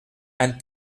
and